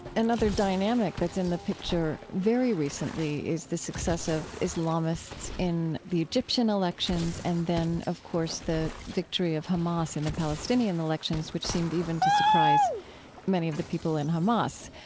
another dynamic that's in the picture very recently is the success of islamists in the egyptian elections and then, of course, the victory of hamas in the palestinian elections, which seemed even to surprise many of the people in hamas.